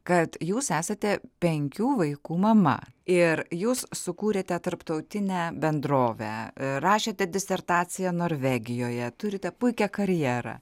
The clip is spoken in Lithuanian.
kad jūs esate penkių vaikų mama ir jūs sukūrėte tarptautinę bendrovę rašėte disertaciją norvegijoje turite puikią karjerą